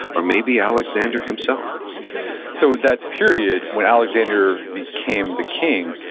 or maybe alexander himself so that period when alexander became the king,